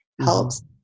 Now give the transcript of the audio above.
helps